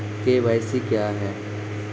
KYC क्या हैं?